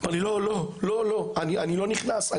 הוא אמר לי: לא, לא, לא, לא, אני לא נכנס.